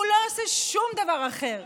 הוא לא עושה שום דבר אחר.